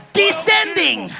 descending